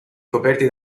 coperti